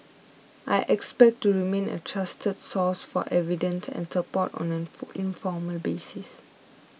I expect to remain a trusted source for advice and support on an informal basis